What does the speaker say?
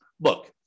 look